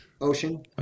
ocean